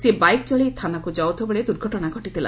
ସେ ବାଇକ୍ ଚଳାଇ ଥାନାକୁ ଯାଉଥିବା ବେଳେ ଦୁର୍ଘଟଶା ଘଟିଥିଲା